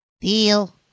Deal